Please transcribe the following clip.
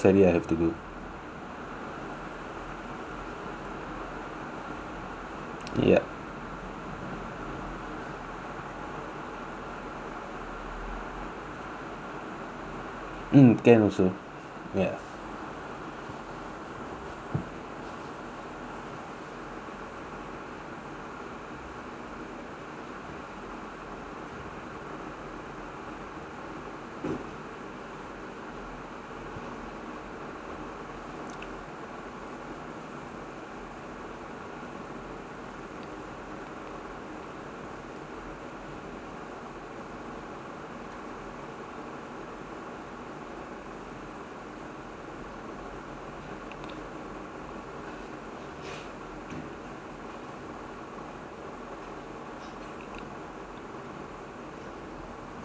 ya mm can also ya